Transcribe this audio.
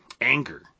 anger